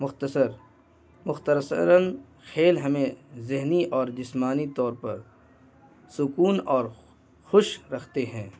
مختصر مختصراً کھیل ہمیں ذہنی اور جسمانی طور پر سکون اور خوش رکھتے ہیں